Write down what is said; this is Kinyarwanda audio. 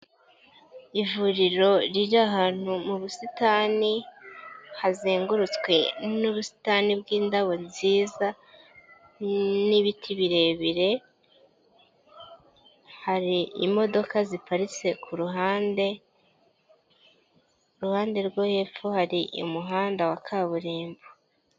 Ivuriro riri ahantu mu busitani hazengurutswe n'ubusitani bw'indabo nziza n'ibiti birebire, hari imodoka ziparitse kuruhande, uruhande rwo hepfo hari umuhanda wa kaburimbo.